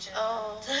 orh